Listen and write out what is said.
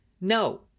No